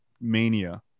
mania